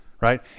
right